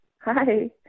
Hi